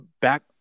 back